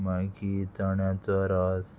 मागीर चण्याचो रस